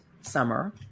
Summer